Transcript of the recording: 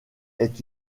est